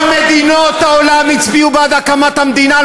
כל מדינות העולם הצביעו בעד הקמת המדינה,